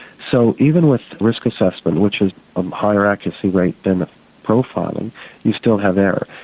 so even with risk assessment which is a higher accuracy rate than profiling you still have error.